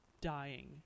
dying